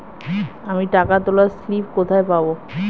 আমি টাকা তোলার স্লিপ কোথায় পাবো?